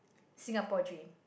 Singapore dream